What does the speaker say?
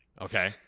Okay